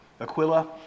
aquila